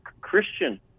Christian